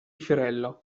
fiorello